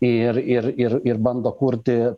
ir ir ir ir bando kurti